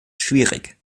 schwierig